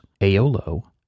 Aolo